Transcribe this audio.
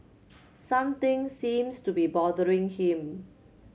something seems to be bothering him